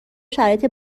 شرایط